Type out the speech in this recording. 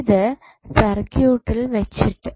ഇത് സർക്യൂട്ടിൽ വെച്ചിട്ടുണ്ട്